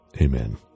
Amen